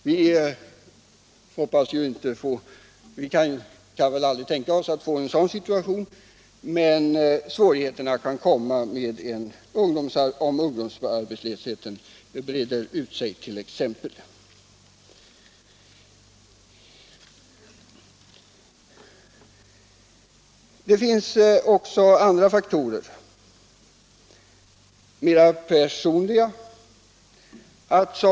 Vi kan väl aldrig tänka oss att få en sådan situation här i landet, men svårigheter kan uppkomma om t.ex. ungdomsarbetslösheten breder ut sig. Det finns också andra och mera personliga faktorer.